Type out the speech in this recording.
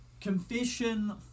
Confession